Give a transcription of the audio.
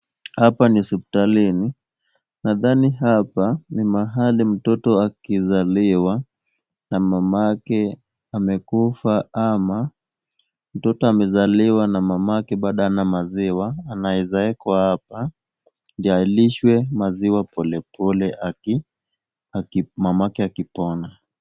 Hapa ni hospitalini. Nadhani hapa ni mahali mtoto akizaliwa na mamake amekufa ama mtoto amezaliwa na mamake bado hana maziwa, anaweza wekwa hapa ndio alishwe maziwa polepole mamake akipona.